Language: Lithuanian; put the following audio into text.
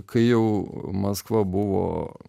kai jau maskva buvo